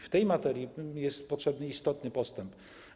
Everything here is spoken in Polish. W tej materii jest potrzebny istotny postęp.